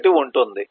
1 ఉంటుంది